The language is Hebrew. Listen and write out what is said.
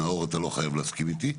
נאור, אתה לא חייב להסכים איתי.